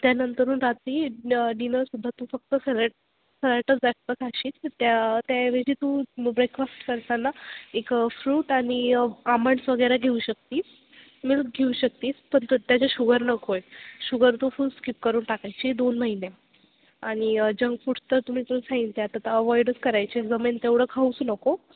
त्यानंतरून रात्री डिनर सुद्धा तू फक्त सॅलेट सॅलेटच जास्त खाशील त्या त्यावेजी तू ब्रेकफास्ट करताना एक फ्रूट आणि आमंड्स वगैरे घेऊ शकते मिल्क घेऊ शकतेस पण त त्याच्यात शुगर नको आहे शुगर तू फूल स्कीप करून टाकायची दोन महिने आणि जंक फूड्स तर तुम्ही तर सईन त्या आता अवॉइडच करायचे जमेल तेवढं खाऊच नको